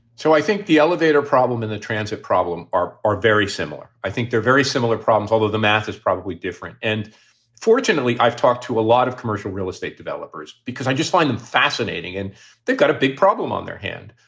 so i think the elevator problem and the transit problem are are very similar. i think they're very similar problems, although the math is probably different. and fortunately, i've talked to a lot of commercial real estate developers because i just find them fascinating and they've got a big problem on their hand.